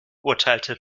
urteilte